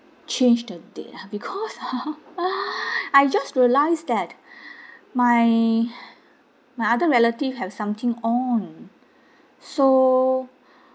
change the date ah because ah I just realise that my my other relative have something on so